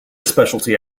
specialty